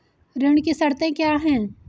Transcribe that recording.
ऋण की शर्तें क्या हैं?